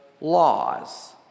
laws